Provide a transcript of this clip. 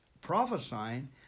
prophesying